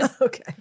okay